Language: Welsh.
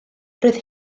roedd